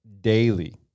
daily